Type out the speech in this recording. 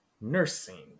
nursing